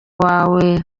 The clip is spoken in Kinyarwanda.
wawe